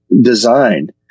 design